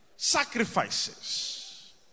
Sacrifices